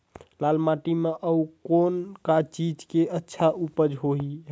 लाल माटी म अउ कौन का चीज के अच्छा उपज है?